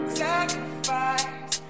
sacrifice